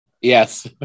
yes